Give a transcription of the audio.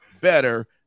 better